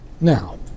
now